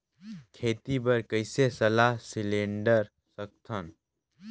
खेती बर कइसे सलाह सिलेंडर सकथन?